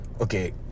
Okay